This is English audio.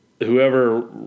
whoever